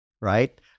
right